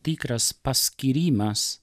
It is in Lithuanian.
tikras paskyrimas